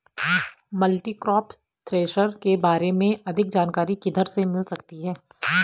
Multicrop thresher के बारे में अधिक जानकारी किधर से मिल सकती है?